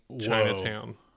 Chinatown